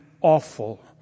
awful